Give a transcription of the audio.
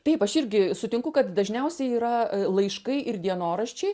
taip aš irgi sutinku kad dažniausiai yra laiškai ir dienoraščiai